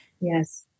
yes